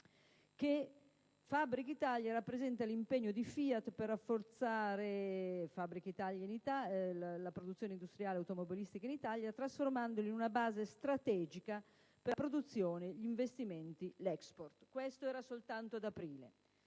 che Fabbrica Italia rappresenta l'impegno di FIAT per rafforzare la produzione industriale automobilistica in Italia, trasformandola in una base strategica per la produzione, gli investimenti e l'*export*. Questo era soltanto ad aprile.